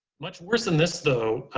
much worse than this, though.